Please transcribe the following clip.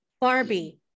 Barbie